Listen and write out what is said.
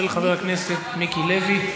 של חבר הכנסת מיקי לוי,